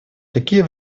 такие